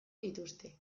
dituzte